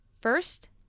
First